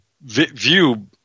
view